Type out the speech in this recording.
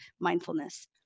mindfulness